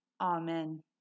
amen